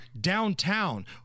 downtown